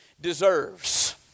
deserves